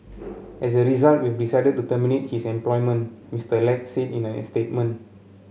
as a result we've decided to terminate his employment Mr Lack said in a statement